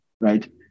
right